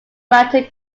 mountain